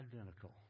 identical